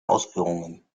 ausführungen